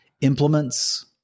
implements